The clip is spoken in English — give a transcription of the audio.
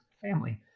family